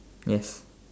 yes